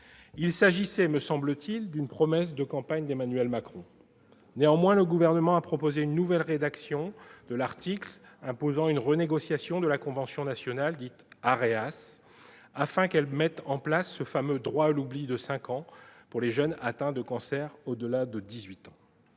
Il s'agissait, me semble-t-il, d'une promesse de campagne d'Emmanuel Macron. Néanmoins, le Gouvernement a proposé une nouvelle rédaction de l'article imposant une renégociation de la convention nationale AERAS, afin qu'elle mette en place ce fameux droit à l'oubli de cinq ans pour les jeunes atteints de cancer au-delà de